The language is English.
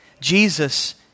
Jesus